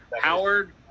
Howard